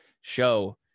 show